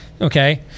okay